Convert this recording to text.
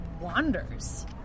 wanders